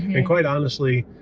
and quite honestly,